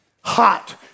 hot